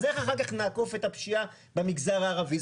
אז איך אחר כך נאכוף את הפשיעה במגזר הערבי?